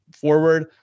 forward